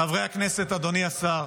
חברי הכנסת, אדוני השר,